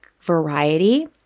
variety